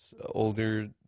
older